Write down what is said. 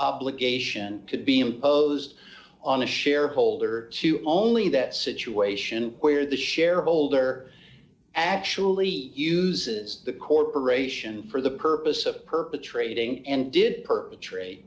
obligation could be imposed on a shareholder to only that situation where the shareholder actually uses the corporation for the purpose of perpetrating and did perpetrate